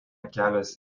kelias